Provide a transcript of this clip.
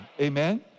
Amen